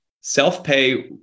self-pay